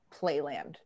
playland